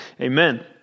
Amen